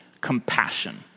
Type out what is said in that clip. compassion